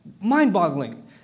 mind-boggling